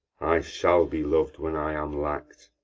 i shall be lov'd when i am lack'd.